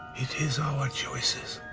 it is our choices.